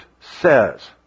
says